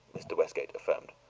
mr. westgate affirmed.